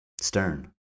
stern